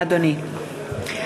(קוראת בשמות חברי הכנסת)